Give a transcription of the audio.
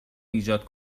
ایجاد